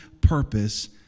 purpose